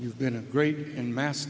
you've been great in mass